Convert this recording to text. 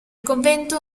convento